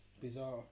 bizarre